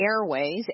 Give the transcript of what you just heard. Airways